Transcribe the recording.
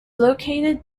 located